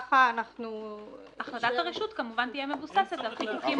וכך אנחנו- -- החלטת הרשות כמובן תהיה מבוססת על חיקוקים